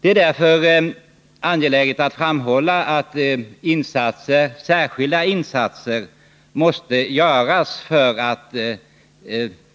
Det är därför angeläget att framhålla att särskilda insatser måste göras för att